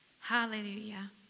Hallelujah